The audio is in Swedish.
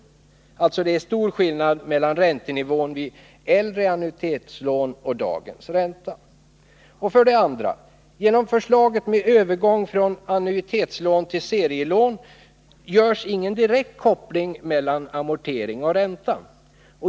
Det är alltså stor skillnad mellan räntenivån vid ”äldre” annuitetslån och dagens ränta. 2. Genom förslaget med övergång från annuitetslån till serielån görs ingen direkt koppling mellan amortering och ränta.